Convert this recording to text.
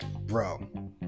Bro